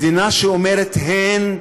מדינה שאומרת "הן"